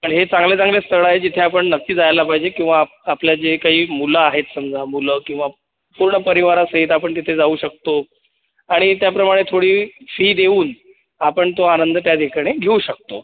आणि हे चांगले चांगले स्थळं आहे जिथे आपण नक्की जायला पाहिजे किंवा आपला जे काही मुलं आहेत समजा मुलं किंवा पूर्ण परिवारासहित आपण तिथे जाऊ शकतो आणि त्याप्रमाणे थोडी फी देऊन आपण तो आनंद त्याठिकाणी घेऊ शकतो